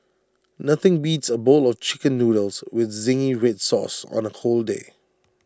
nothing beats A bowl of Chicken Noodles with Zingy Red Sauce on A cold day